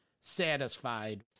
satisfied